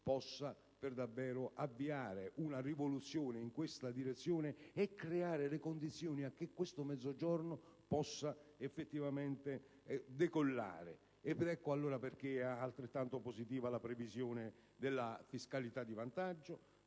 possa per davvero avviare una rivoluzione in questa direzione e creare le condizioni affinché questo Mezzogiorno possa effettivamente decollare. Ecco perché altrettanto positiva è la previsione della fiscalità di vantaggio